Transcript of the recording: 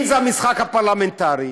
אם זה המשחק הפרלמנטרי,